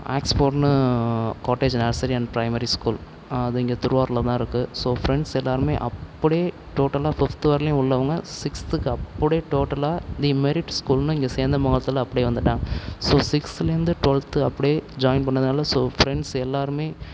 ஆக்ஸ்ஃபோர்டுன்னு cottage nursery and primary school அது இங்கே திருவாரூரில் தான் இருக்குது ஸோ ஃபிரெண்ட்ஸ் எல்லோருமே அப்படியே டோட்டலாக ஃபிஃப்த் வரையிலையும் உள்ளவங்கள் சிக்ஸ்த்துக்கு அப்படியே டோட்டலாக தி மெரிட் ஸ்கூல்ன்னு இங்கே சேந்தமங்கலத்தில் அப்படியே வந்துட்டாங்க ஸோ சிக்ஸ்துலேருந்து ட்வல்த்து அப்படியே ஜாயின் பண்ணதினால ஸோ ஃபிரெண்ட்ஸ் எல்லோருமே